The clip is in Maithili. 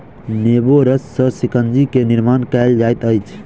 नेबो रस सॅ शिकंजी के निर्माण कयल जाइत अछि